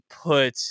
put